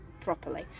properly